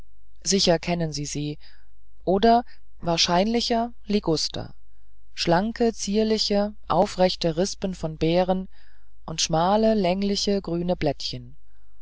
sicher kennen sie sie oder wahrscheinlicher liguster schlanke zierliche aufrechte rispen von beeren und schmale längliche grüne blättchen